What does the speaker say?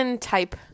type